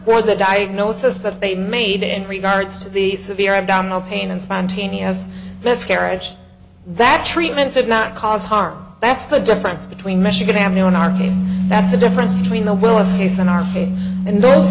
where the diagnosis but they made in regards to the severe abdominal pain and spontaneous miscarriage that treatment did not cause harm that's the difference between michigan and now in our case that's the difference between the will if he's in our face and those